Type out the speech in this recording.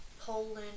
Poland